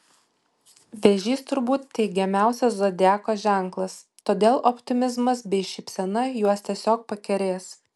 vėžys turbūt teigiamiausias zodiako ženklas todėl optimizmas bei šypsena juos tiesiog pakerės